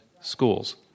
schools